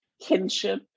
kinship